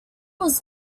was